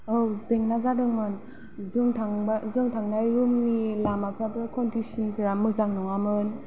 औ जेंना जादोंमोन जों थांब्ला जों थानाय उननि लामाफोराबो कन्डिसनफ्रा मोजां नङामोन